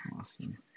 Awesome